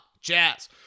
Jazz